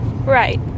Right